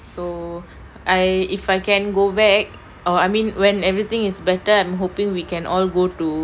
so I if I can go back oh I mean when everything is better I'm hoping we can all go to